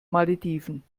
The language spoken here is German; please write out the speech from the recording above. malediven